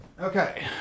Okay